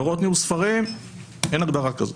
בהוראות ניהול ספרים, אין הגדרה כזו.